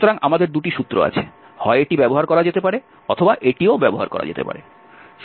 সুতরাং আমাদের দুটি সূত্র আছে হয় এটি ব্যবহার করা যেতে পারে অথবা এটিও ব্যবহার করা যেতে পারে